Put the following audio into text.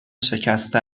شکسته